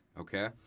okay